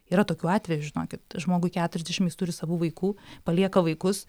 yra tokių atvejų žinokit žmogui keturiasdešim jis turi savų vaikų palieka vaikus